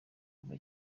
kuva